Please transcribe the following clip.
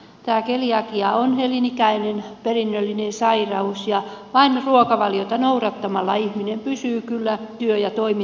tämä keliakia on elinikäinen perinnöllinen sairaus ja vain ruokavaliota noudattamalla ihminen pysyy kyllä työ ja toimintakykyisenä